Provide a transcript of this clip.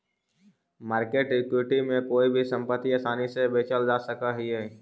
market equity में कोई भी संपत्ति आसानी से बेचल जा सकऽ हई